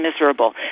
miserable